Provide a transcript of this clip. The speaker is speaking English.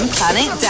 Planet